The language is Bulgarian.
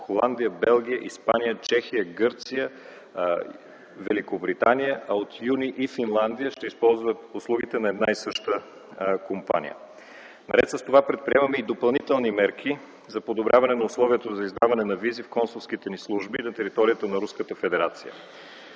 Холандия, Белгия, Испания, Чехия, Гърция, Великобритания, а от юли и Финландия ще използват услугите на една и съща компания. Наред с това приемаме и допълнителни мерки за подобряване на условията за издаване на визи в консулските служби на територията на